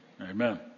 Amen